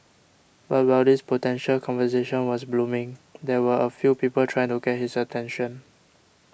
but while this potential conversation was blooming there were a few people trying to get his attention